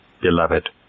beloved